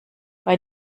bei